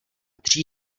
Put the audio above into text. tří